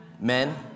Men